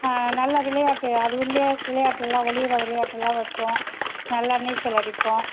நல்லா விளையாட்டு அது உள்ளேயே விளையாட்டுலாம் ஒளிகிற விளையாட்டுலாம் வைப்போம் நல்லா நீச்சல் அடிப்போம்